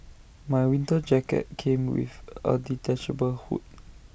my winter jacket came with A detachable hood